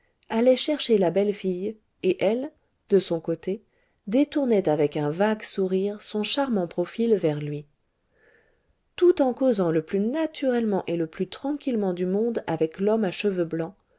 allaient chercher la belle fille et elle de son côté détournait avec un vague sourire son charmant profil vers lui tout en causant le plus naturellement et le plus tranquillement du monde avec l'homme à cheveux blancs